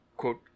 quote